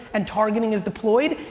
and targeting is deployed,